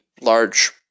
large